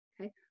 okay